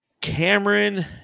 Cameron